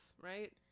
Right